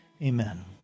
Amen